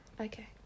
Okay